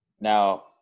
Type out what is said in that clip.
Now